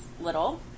little